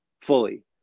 fully